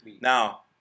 Now